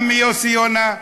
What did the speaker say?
גם יוסי יונה,